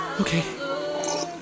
Okay